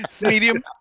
Medium